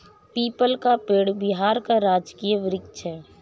people का पेड़ बिहार का राजकीय वृक्ष है